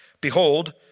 behold